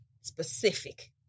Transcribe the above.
specific